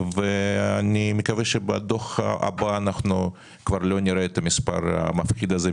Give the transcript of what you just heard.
אני מקווה שבדוח הבא לא נראה את המספר המפחיד הזה,